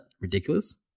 ridiculous